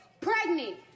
Pregnant